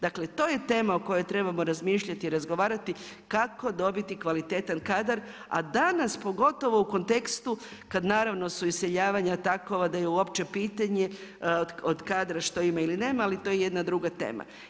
Dakle, to je tema o kojoj trebamo razmišljati i razgovarati kako dobiti kvalitetan kadar, a danas pogotovo u kontekstu kad naravno su iseljavanja takovo da je uopće pitanje od kadra što ima ili nema, ali to je jedna druga tema.